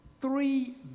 three